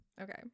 okay